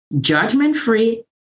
judgment-free